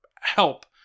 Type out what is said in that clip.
help